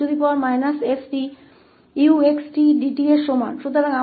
तो 𝑈𝑥 𝑠 इस 0e stuxtdt के बराबर है